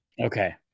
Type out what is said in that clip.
okay